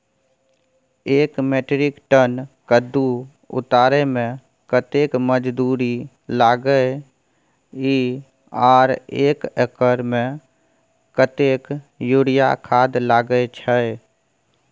एक metric ton कद्दू उतारे में कतेक मजदूरी लागे इ आर एक एकर में कतेक यूरिया खाद लागे छै?